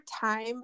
time